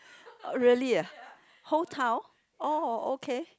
oh really ah whole town oh okay